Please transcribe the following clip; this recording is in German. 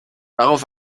darauf